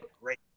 great